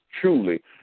truly